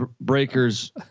Breakers